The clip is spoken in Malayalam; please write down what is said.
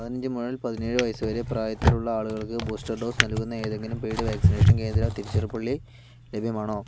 പതിനഞ്ച് മുതൽ പതിനേഴ് വയസ്സ് വരെ പ്രായത്തിലുള്ള ആളുകൾക്ക് ബൂസ്റ്റർ ഡോസ് നൽകുന്ന ഏതെങ്കിലും പെയ്ഡ് വാക്സിനേഷൻ കേന്ദ്രം തിരുച്ചിറപ്പള്ളി ലഭ്യമാണോ